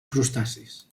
crustacis